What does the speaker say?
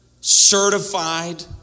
certified